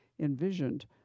envisioned